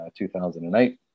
2008